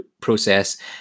process